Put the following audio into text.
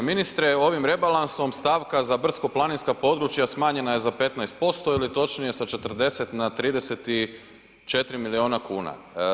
G. ministre, ovim rebalansom stavka za brdsko-planinska područja smanjenja je za 15% ili točnije sa 40 na 34 milijuna kuna.